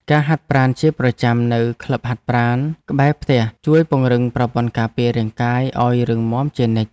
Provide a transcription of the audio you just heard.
ការហាត់ប្រាណជាប្រចាំនៅក្លឹបហាត់ប្រាណក្បែរផ្ទះជួយពង្រឹងប្រព័ន្ធការពាររាងកាយឱ្យរឹងមាំជានិច្ច។